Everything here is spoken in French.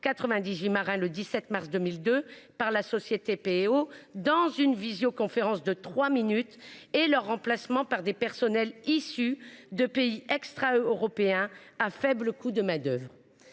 786 marins le 17 mars 2022 par la société P&O Ferries, au cours d'une visioconférence de trois minutes, et leur remplacement par des personnels issus de pays extraeuropéens à faible coût de main-d'oeuvre.